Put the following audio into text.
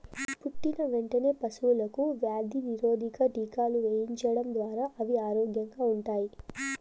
పుట్టిన వెంటనే పశువులకు వ్యాధి నిరోధక టీకాలు వేయించడం ద్వారా అవి ఆరోగ్యంగా ఉంటాయి